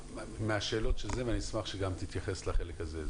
מהשאלות ואני אשמח שגם תתייחס לחלק הזה.